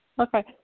Okay